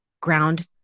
ground